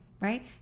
right